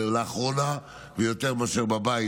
ולאחרונה יותר מאשר בבית,